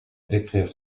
écrire